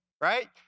Right